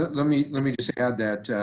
let me let me just add that.